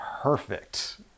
perfect